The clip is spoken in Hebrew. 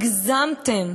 הגזמתם,